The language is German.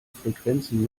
frequenzen